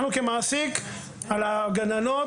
אנחנו כמעסיק על הגננות,